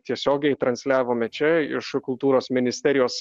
tiesiogiai transliavome čia iš kultūros ministerijos